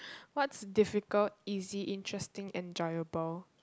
what's difficult easy interesting enjoyable